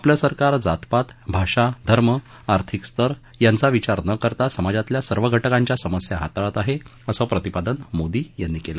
आपलं सरकार जातपात भाषा धर्म आर्थिक स्तर यांचा विचार न करता समाजातल्या सर्व घटकांच्या समस्या हाताळत आहेत असं प्रतिपादन मोदी यांनी केलं